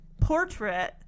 portrait